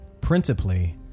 Principally